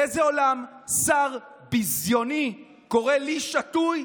באיזה עולם שר ביזיוני קורא לי שתוי?